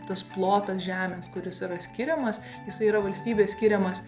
tas plotas žemės kuris yra skiriamas jisai yra valstybės skiriamas